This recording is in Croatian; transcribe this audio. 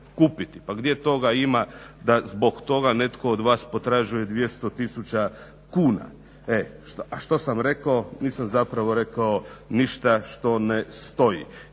Pa gdje toga ima da zbog netko od vas potražuje 200 tisuća kuna. A što sam rekao? Ništa nisam rekao što ne stoji.